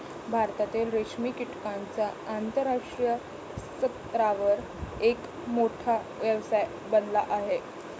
भारतातील रेशीम कीटकांचा आंतरराष्ट्रीय स्तरावर एक मोठा व्यवसाय बनला आहे